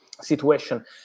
situation